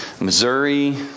missouri